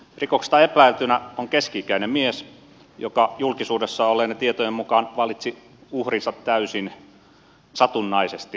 rikoksesta epäiltynä on keski ikäinen mies joka julkisuudessa olleiden tietojen mukaan valitsi uhrinsa täysin satunnaisesti mielivaltaisesti